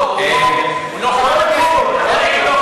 המאה-ושישים-ואחת של הכנסת העשרים יום שלישי,